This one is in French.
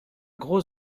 gros